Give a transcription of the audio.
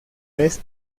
vez